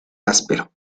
áspero